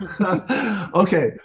okay